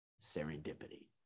serendipity